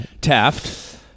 Taft